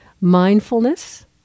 Mindfulness